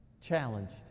challenged